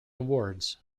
awards